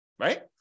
right